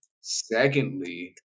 Secondly